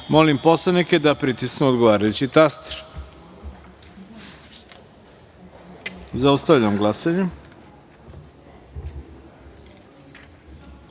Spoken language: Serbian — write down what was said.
poslanike da pritisnu odgovarajući taster. Zaustavljam glasanje: